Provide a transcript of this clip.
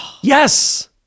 yes